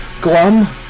glum